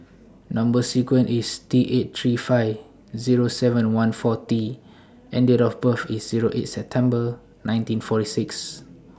Number sequence IS T eight three five Zero seven one four T and Date of birth IS Zero eight September nineteen forty six